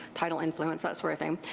tidal influence, that sort of thing,